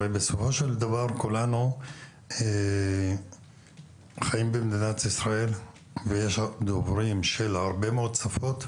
בסופו של דבר כולנו חיים במדינת ישראל ויש דוברים של הרבה מאוד שפות.